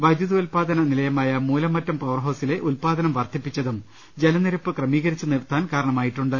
വൈദ്യുതോൽ പാദന നിലയമായ മൂലമറ്റം പവർ ഹൌസിലെ ഉൽപ്പാദനം വർദ്ധിപ്പിച്ചതും ജലനിരപ്പ് ക്രമീകരിച്ചു നിർത്താൻ കാരണമായിട്ടുണ്ട്